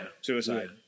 suicide